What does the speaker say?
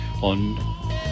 on